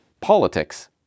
Politics